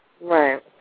Right